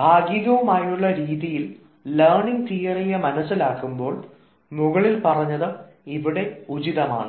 ഭാഗികമായുമുള്ള രീതിയിൽ ലേണിങ് തിയറിയെ മനസ്സിലാക്കുമ്പോൾ മുകളിൽ പറഞ്ഞത് അവിടെ ഉചിതമാണ്